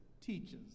teaches